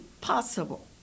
possible